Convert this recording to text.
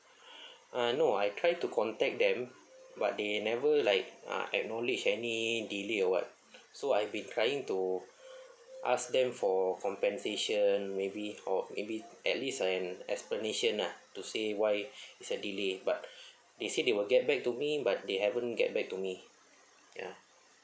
uh no I try to contact them but they never like uh acknowledge any delay or what so I've been trying to ask them for compensation maybe or maybe at least an explanation lah to say why is there delay but they say they will get back to me but they haven't get back to me ya